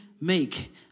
make